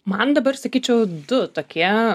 man dabar sakyčiau du tokie